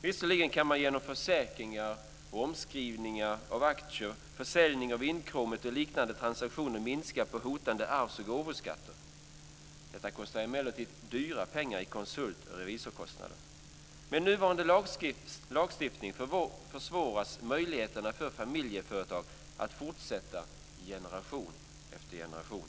Visserligen kan man genom försäkringar, omskrivningar av aktier, försäljning av inkråmet och liknande transaktioner minska hotande arvs och gåvoskatter. Detta kostar emellertid mycket pengar i konsult och revisorskostnader. Med nuvarande lagstiftning försvåras möjligheterna för familjeföretag att fortsätta i generation efter generation.